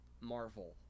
Marvel